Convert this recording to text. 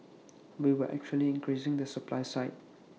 we were actually increasing the supply side